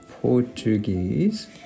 Portuguese